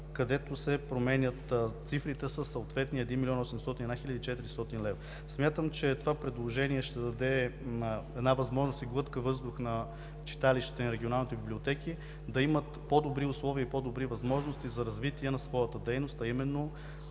където се променят цифрите със съответния 1 млн. 801 хил. 400 лв. Смятам, че това предложение ще даде една възможност и глътка въздух на читалищата и на регионалните библиотеки да имат по-добри условия и по-добри възможности за развитие на своята дейност, а именно